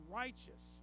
righteous